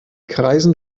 kreisen